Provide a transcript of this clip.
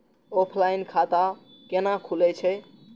Offline खाता कैना खुलै छै?